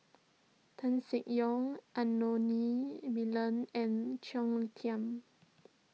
Tan Seng Yong Anthony Miller and Claire Tham